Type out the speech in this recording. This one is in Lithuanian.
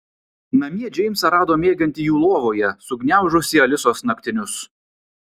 namie džeimsą rado miegantį jų lovoje sugniaužusį alisos naktinius